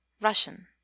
RUSSIAN